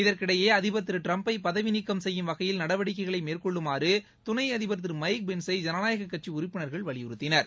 இதற்கிடையே அதிபர் திரு டிரம்பை பதவிநீக்கம் செய்யும் வகையில் நடவடிக்கைகளை மேற்கொள்ளுமாறு துணை அதிபர் திரு மைக் பென்சை ஜனநாயக கட்சி உறுப்பினர்கள் வலியுறுத்தினர்